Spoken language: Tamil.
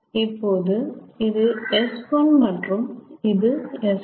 இப்போது இது S1 மற்றும் இது S2